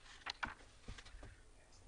בבקשה.